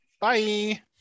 bye